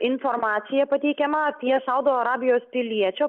informacija pateikiama apie saudo arabijos piliečio